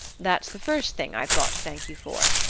that's the first thing i've got to thank you for.